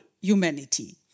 humanity